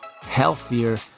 healthier